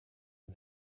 and